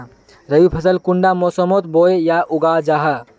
रवि फसल कुंडा मोसमोत बोई या उगाहा जाहा?